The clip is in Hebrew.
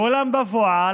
ואולם בפועל,